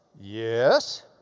yes